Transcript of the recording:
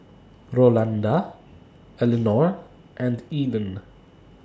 Rolanda Elinor and Eden